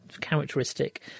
characteristic